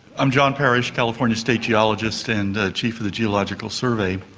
um john parrish, california state geologist and chief of the geological survey.